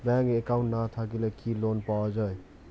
Bank account না থাকিলে কি লোন পাওয়া য়ায়?